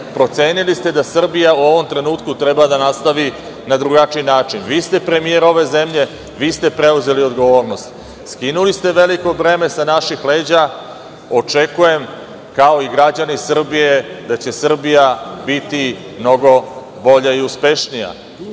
Procenili ste da Srbija u ovom trenutku treba da nastavi na drugačiji način. Vi ste premijer ove zemlje, vi ste preuzeli odgovornost. Skinuli ste veliko breme sa naših leđa. Očekujem, kao i građani Srbije, da će Srbija biti mnogo bolja i uspešnija. Velike